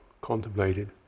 contemplated